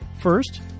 First